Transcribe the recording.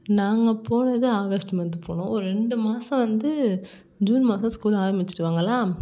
நாங்கள் போனது August month போனோம் ஒரு ரெண்டு மாதம் வந்து ஜூன் மாதம் ஸ்கூல் ஆரம்மிச்சிடுவாங்களா